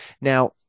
Now